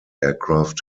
aircraft